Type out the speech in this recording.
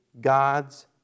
God's